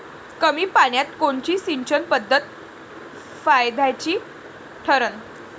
कमी पान्यात कोनची सिंचन पद्धत फायद्याची ठरन?